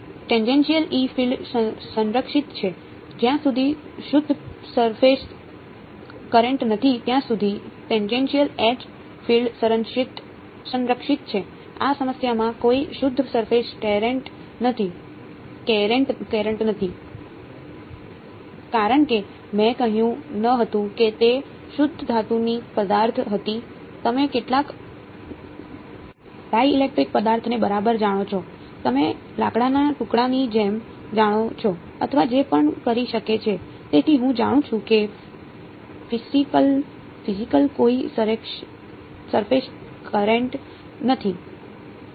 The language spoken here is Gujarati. ટેનજેનશિયલ E ફીલ્ડ સંરક્ષિત છે જ્યાં સુધી શુદ્ધ સરફેશ કરેંટ નથી ત્યાં સુધી ટેનજેનશિયલ નથી